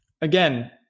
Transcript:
again